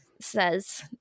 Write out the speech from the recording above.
says